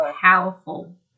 powerful